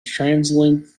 translink